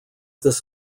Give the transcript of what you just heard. this